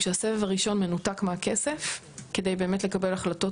כשהסבב הראשון מנותק מהכסף כדי באמת לקבל החלטות